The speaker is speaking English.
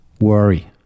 worry